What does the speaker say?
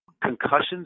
concussions